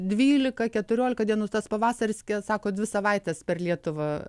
dvylika keturiolika dienų tas pavasaris kils sako dvi savaites per lietuvą